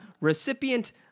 recipient